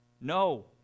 No